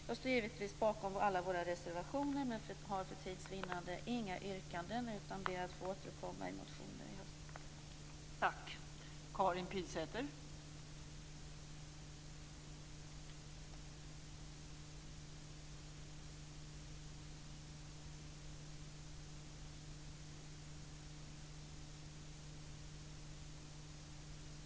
Jag står givetvis bakom alla våra reservationer, men för tids vinnande har jag inget yrkande utan ber att få återkomma i en motion i höst.